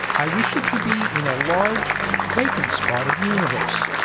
i wish it to be in a large, vacant spot of the universe,